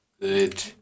good